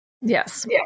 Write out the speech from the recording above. yes